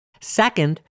Second